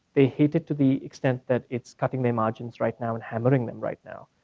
they hate it to the extent that it's cutting their margins right now and hammering them right now.